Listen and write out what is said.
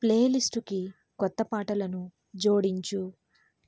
play లిస్ట్కి కొత్త పాటలను జోడించు